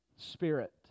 spirit